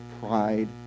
pride